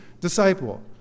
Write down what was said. disciple